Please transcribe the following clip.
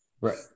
Right